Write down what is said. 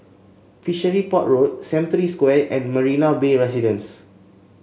Fishery Port Road Century Square and Marina Bay Residence